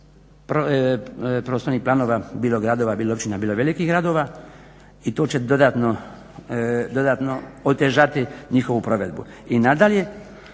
prostornih planova bilo gradova, bilo općina bilo velikih gradova i to će dodatno otežati njihovu provedbu. I nadalje,